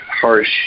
harsh